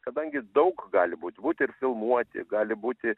kadangi daug gali būt būt ir filmuoti gali būti